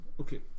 Okay